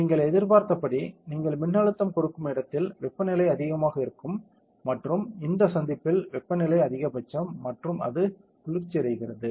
நீங்கள் எதிர்பார்த்தபடி நீங்கள் மின்னழுத்தம் கொடுக்கும் இடத்தில் வெப்பநிலை அதிகமாக இருக்கும் மற்றும் இங்கு சந்திப்பில் வெப்பநிலை அதிகபட்சம் மற்றும் அது குளிர்ச்சியடைகிறது